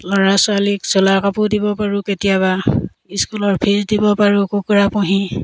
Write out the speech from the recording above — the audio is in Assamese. ল'ৰা ছোৱালীক চোলা কাপোৰ দিব পাৰোঁ কেতিয়াবা স্কুলৰ ফিজ দিব পাৰোঁ কুকুৰা পুহি